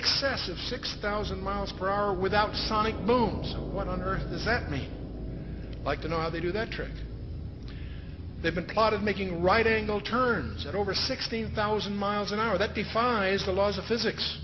excess of six thousand miles per hour without sonic booms what on earth does that mean like to know how they do that trick they've been part of making writing all turns over sixteen thousand miles an hour that defies the laws of physics